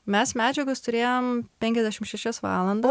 mes medžiagos turėjom penkiasdešim šešias valandas